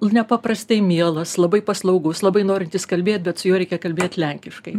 nepaprastai mielas labai paslaugus labai norintis kalbėt bet su juo reikia kalbėt lenkiškai